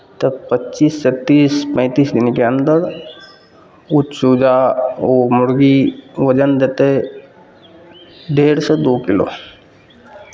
तऽ पच्चीससँ तीस पैंतीस दिनके अन्दर ओ चूजा ओ मुरगी वजन देतै डेढ़सँ दू किलो